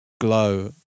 glow